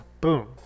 boom